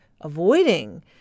avoiding